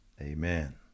Amen